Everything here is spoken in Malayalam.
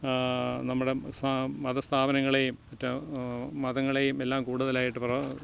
നമ്മുടെ സാ മതസ്ഥാപനങ്ങളെയും മറ്റു മതങ്ങളെയും എല്ലാ കൂടുതലായിട്ടു പ്രാ